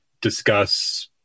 discuss